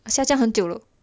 下降很久了